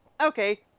okay